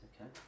Okay